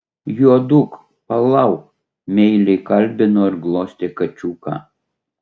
juoduk palak meiliai kalbino ir glostė kačiuką